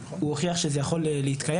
הוא הוכיח שזה יכול להתקיים.